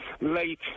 late